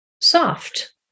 soft